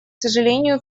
сожалению